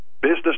business